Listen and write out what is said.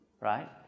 Right